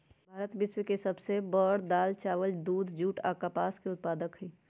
भारत विश्व के सब से बड़ दाल, चावल, दूध, जुट आ कपास के उत्पादक हई